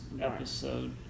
episode